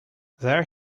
there